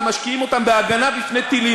ומשקיעים אותם בהגנה מפני טילים.